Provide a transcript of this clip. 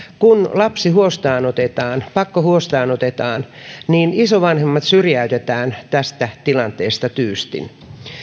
kun lapsi huostaanotetaan pakkohuostaanotetaan niin isovanhemmat syrjäytetään tästä tilanteesta tyystin